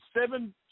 seven